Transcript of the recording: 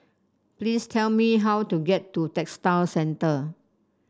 please tell me how to get to Textile Centre